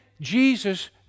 Jesus